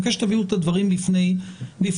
אני מבקש שתביאו את הדברים בפני השרה.